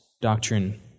doctrine